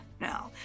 no